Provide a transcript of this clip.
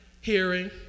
hearing